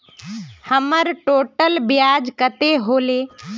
हमर टोटल ब्याज कते होले?